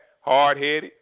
hard-headed